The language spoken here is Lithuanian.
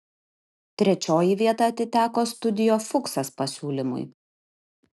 trečioji vieta atiteko studio fuksas pasiūlymui